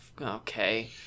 okay